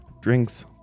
drinks